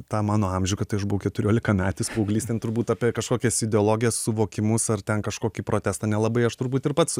tą mano amžių kad tai aš buvau keturiolikametis paauglys ten turbūt apie kažkokias ideologijas suvokimus ar ten kažkokį protestą nelabai aš turbūt ir pats